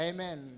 Amen